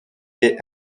est